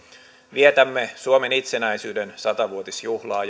vietämme suomen itsenäisyyden sata vuotisjuhlaa